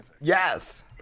Yes